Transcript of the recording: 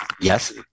Yes